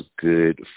good